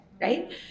right